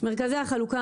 מרכזי החלוקה,